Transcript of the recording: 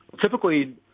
Typically